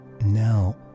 now